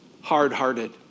hard-hearted